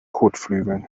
kotflügeln